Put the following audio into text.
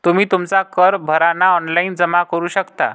तुम्ही तुमचा कर भरणा ऑनलाइन जमा करू शकता